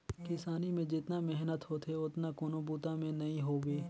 किसानी में जेतना मेहनत होथे ओतना कोनों बूता में नई होवे